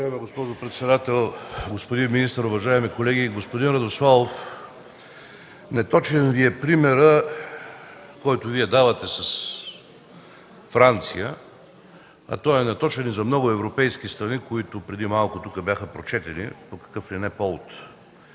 Уважаема госпожо председател, господин министър, уважаеми колеги! Господин Радославов, неточен е примерът, който Вие давате с Франция. Той е неточен и за много европейски страни, които преди малко тук бяха прочетени по какъв ли не повод.